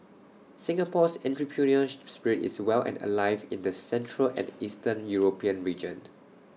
Singapore's entrepreneurial spirit is well and alive in the central and eastern european region